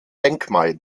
denkmal